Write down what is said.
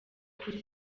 kuri